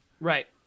right